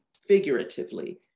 figuratively